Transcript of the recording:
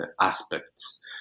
aspects